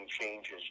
changes